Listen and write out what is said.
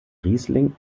riesling